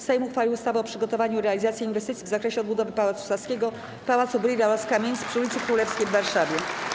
Sejm uchwalił ustawę o przygotowaniu i realizacji inwestycji w zakresie odbudowy Pałacu Saskiego, Pałacu Brühla oraz kamienic przy ulicy Królewskiej w Warszawie.